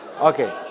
Okay